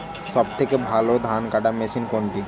সবথেকে ভালো ধানকাটা মেশিন কোনটি?